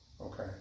Okay